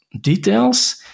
details